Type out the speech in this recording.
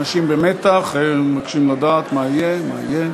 אנשים במתח, הם מבקשים לדעת מה יהיה, מה יהיה.